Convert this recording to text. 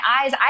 eyes